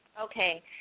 Okay